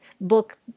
book